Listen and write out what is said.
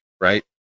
right